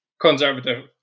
conservative